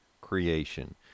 creation